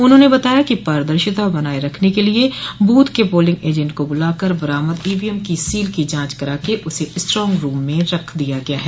उन्होंने बताया कि पारदर्शिता बनाये रखने के लिये बूथ के पोलिंग एजेंट का बुलाकर बरामद ईवीएम की सील की जांच कराके उसे स्ट्रांग रूम में रख दिया गया है